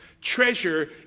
Treasure